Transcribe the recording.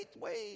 wait